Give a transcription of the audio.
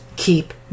keep